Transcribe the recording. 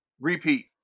repeat